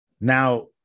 now